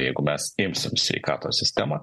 jeigu mes imsim sveikatos sistemą